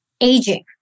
aging